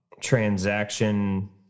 transaction